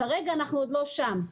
כרגע אנחנו עוד לא שם,